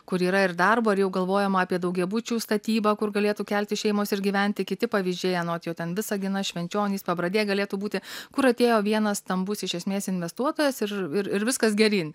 kur yra ir darbo ir jau galvojama apie daugiabučių statybą kur galėtų keltis šeimos ir gyventi kiti pavyzdžiai anot jo ten visaginas švenčionys pabradė galėtų būti kur atėjo vienas stambus iš esmės investuotojas ir ir ir viskas geryn